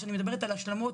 כשאני מדברת על השלמות,